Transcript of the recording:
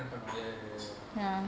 rent பண்ணோம்:pannom ya ya ya ya